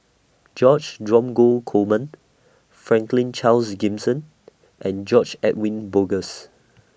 George Dromgold Coleman Franklin Charles Gimson and George Edwin Bogaars